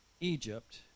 Egypt